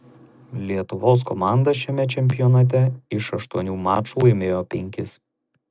lietuvos komanda šiame čempionate iš aštuonių mačų laimėjo penkis